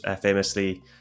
famously